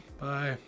bye